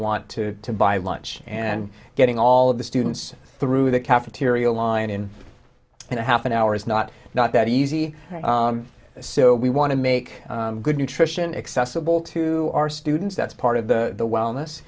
want to buy lunch and getting all of the students through the cafeteria line in and a half an hour is not not that easy so we want to make good nutrition accessible to our students that's part of the wellness